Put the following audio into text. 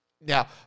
Now